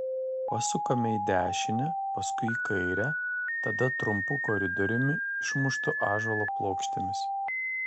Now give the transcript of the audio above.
pasukame į dešinę paskui į kairę tada trumpu koridoriumi išmuštu ąžuolo plokštėmis